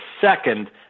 second